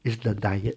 is the diet